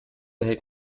hält